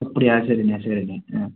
அப்படியா சரிண்ணே சரிண்ணே ஆ